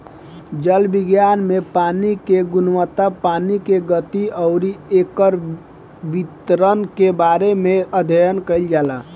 जल विज्ञान में पानी के गुणवत्ता पानी के गति अउरी एकर वितरण के बारे में अध्ययन कईल जाला